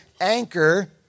anchor